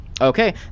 okay